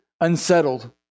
unsettled